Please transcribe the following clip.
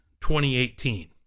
2018